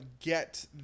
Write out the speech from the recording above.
get